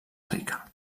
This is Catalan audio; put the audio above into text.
rica